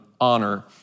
honor